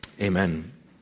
amen